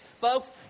Folks